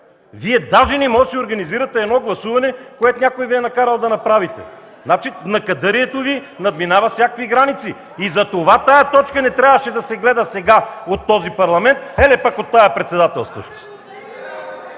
Вие даже не можете да си организирате едно гласуване, което някой Ви е накарал да правите. Значи – некадърието Ви надминава всякакви граници! И затова тази точка не трябваше да се гледа сега от този Парламент, еле пък от тази председателстваща!